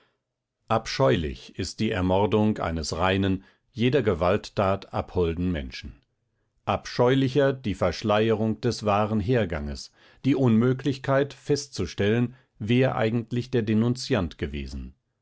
abscheulich ist die ermordung eines reinen jeder gewalttat abholden menschen abscheulicher die verschleierung des wahren herganges die unmöglichkeit festzustellen wer eigentlich der denunziant gewesen